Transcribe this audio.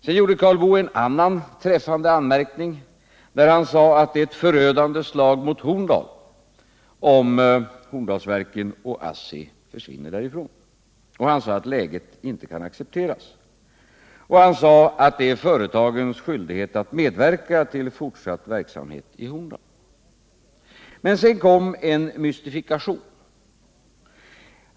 Sedan gjorde Karl Boo en annan träffande anmärkning när han sade att det är ett förödande slag mot Horndal om Horndalsverket och ASSI försvinner därifrån. Han sade att det läget inte kan accepteras. Han sade vidare att det är företagens skyldighet att medverka till fortsatt verksamhet i Horndal. Men sedan kom en mystifikation.